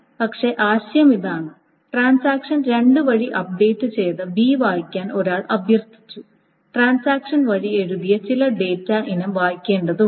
പക്ഷേ ആശയം ഇതാണ് ട്രാൻസാക്ഷൻ 2 വഴി അപ്ഡേറ്റ് ചെയ്ത B വായിക്കാൻ ഒരാൾ അഭ്യർത്ഥിച്ചു ട്രാൻസാക്ഷൻ വഴി എഴുതിയ ചില ഡാറ്റ ഇനം വായിക്കേണ്ടതുണ്ട്